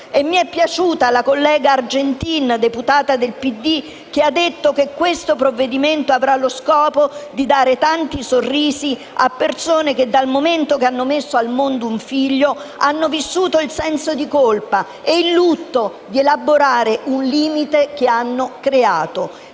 Mi è piaciuta la collega Argentin, deputata del PD, che ha detto che questo provvedimento avrà lo scopo di dare tanti sorrisi a persone che, dal momento che hanno messo al mondo un figlio, hanno vissuto il senso di colpa e il lutto di elaborare un limite che hanno creato.